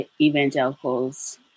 evangelicals